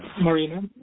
marina